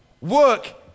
work